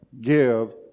give